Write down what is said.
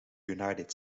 united